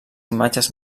imatges